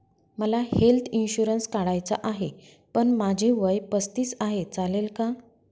मला health insurance काढायचा आहे पण माझे वय पस्तीस आहे, चालेल का?